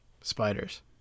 spiders